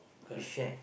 correct